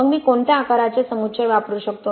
मग मी कोणत्या आकाराचे समुच्चय वापरू शकतो